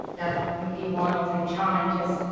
that would be one of the challenges.